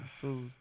feels